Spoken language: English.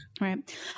Right